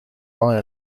lie